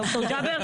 ד"ר ג'אבר,